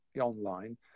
online